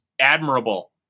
admirable